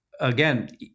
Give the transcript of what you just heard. again